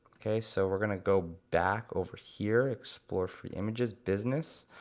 okay so we're gonna go back over here, explore free images, business,